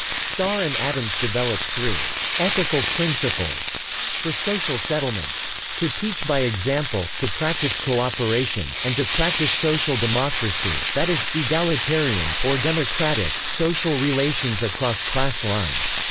starr and addams developed three ethical principles for social settlements to teach by example, to practice cooperation, and to practice social democracy, that is, egalitarian, or democratic, social relations across class lines.